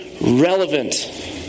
relevant